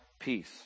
peace